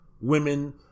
women